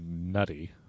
nutty